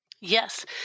Yes